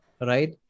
right